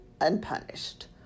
unpunished